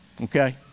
okay